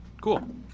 Cool